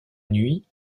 nuit